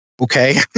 okay